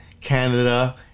Canada